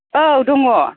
औ दङ